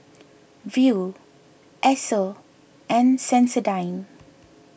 Viu Esso and Sensodyne